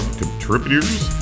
contributors